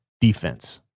defense